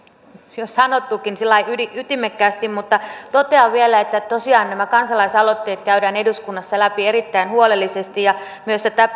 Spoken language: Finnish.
jo sanottukin sillä lailla ytimekkäästi mutta totean vielä että että tosiaan nämä kansalaisaloitteet käydään eduskunnassa läpi erittäin huolellisesti ja myös